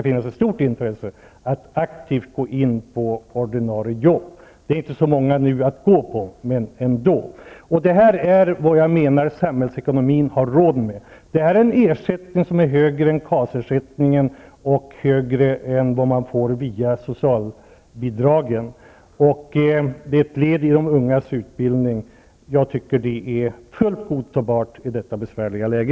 Det finns inte så många nu, men ändå. Detta är vad samhällsekonomin har råd med. Detta är en ersättning som är högre än KAS ersättningen och högre än vad man får via socialbidragen. Det är ett led i ungdomarnas utbildning. Jag tycker att det är fullt godtagbart i detta besvärliga läge.